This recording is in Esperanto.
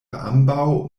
ambaŭ